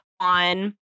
on